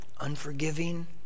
unforgiving